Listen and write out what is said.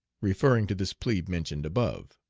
referring to this plebe mentioned above.